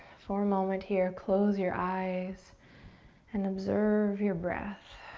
for a moment here, close your eyes and observe your breath.